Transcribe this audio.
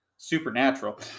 supernatural